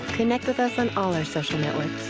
connect with us on all our social networks.